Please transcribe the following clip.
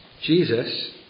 Jesus